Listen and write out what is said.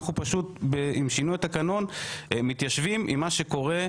שינוי התקנון מתיישב עם מה שקורה.